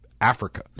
Africa